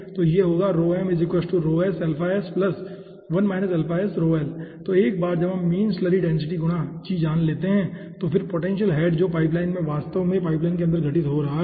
तो यह होगा तो एक बार जब हम मीन स्लरी डेंसिटी गुणा g जान लेते हैं और फिर पोटेंशियल हेड जो पाइपलाइन में वास्तव में पाइपलाइन के अंदर घटित हो रहा है